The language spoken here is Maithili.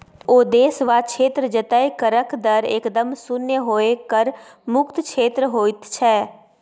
ओ देश वा क्षेत्र जतय करक दर एकदम शुन्य होए कर मुक्त क्षेत्र होइत छै